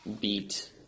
beat